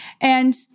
And-